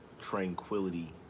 tranquility